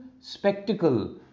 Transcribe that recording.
spectacle